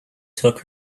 took